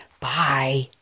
Bye